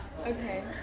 Okay